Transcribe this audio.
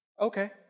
Okay